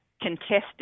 contested